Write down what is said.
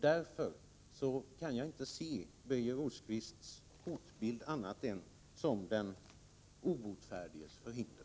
Därför kan jag inte se Birger Rosqvists hotbild annat än som den obotfärdiges förhinder.